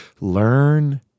Learn